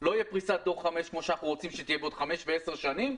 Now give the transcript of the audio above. לא תהיה פריסת דור 5 כפי שאנחנו רוצים שתהיה בעוד חמש ועשר שנים.